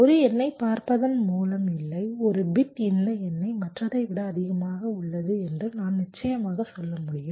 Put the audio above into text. ஒரு எண்ணைப் பார்ப்பதன் மூலம் இல்லை ஒரு பிட் இந்த எண்ணை மற்றதை விட அதிகமாக உள்ளது என்று நான் நிச்சயமாக சொல்ல முடியும்